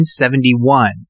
1971